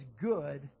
good